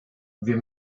wir